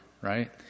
right